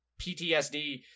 PTSD